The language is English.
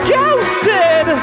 ghosted